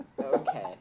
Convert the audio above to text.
Okay